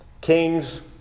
Kings